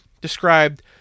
described